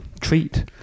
treat